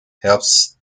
helps